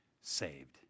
saved